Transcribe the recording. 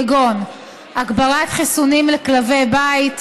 כגון הגברת חיסונים לכלבי בית,